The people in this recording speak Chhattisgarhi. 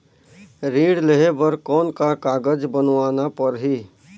ऋण लेहे बर कौन का कागज बनवाना परही?